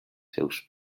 seus